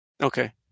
Okay